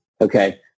Okay